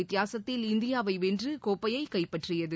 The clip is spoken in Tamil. வித்தியாசத்தில் இந்தியாவை வென்று கோப்பையை கைப்பற்றியது